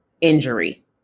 injury